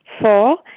Four